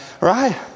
right